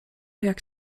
jak